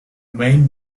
main